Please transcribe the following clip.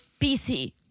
PC